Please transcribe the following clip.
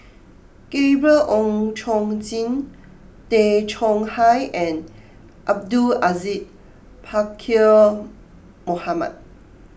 Gabriel Oon Chong Jin Tay Chong Hai and Abdul Aziz Pakkeer Mohamed